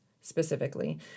specifically